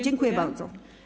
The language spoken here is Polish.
Dziękuję bardzo.